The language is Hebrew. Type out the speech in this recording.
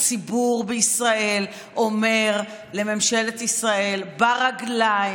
הציבור בישראל אומר לממשלת ישראל ברגליים.